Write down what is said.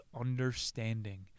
understanding